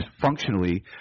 functionally